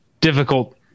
difficult